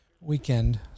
weekend